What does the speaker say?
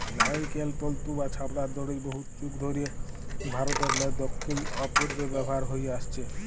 লাইড়কেল তল্তু বা ছবড়ার দড়ি বহুত যুগ ধইরে ভারতেরলে দখ্খিল অ পূবে ব্যাভার হঁয়ে আইসছে